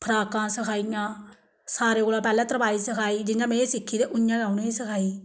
फ्राकां सखाइयां सारें कोलां पैह्लै तरपाई सखाई जि'यां में सिक्खी ते उ'आं गै उ'नेंगी सखाई